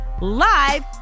live